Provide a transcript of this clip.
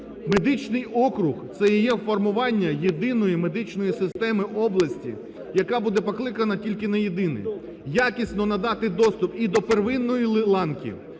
медичний округ – це є формування єдиної медичної системи області, яка буде покликана тільки на єдине: якісно надати доступ і до первинної ланки,